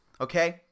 Okay